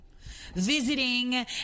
visiting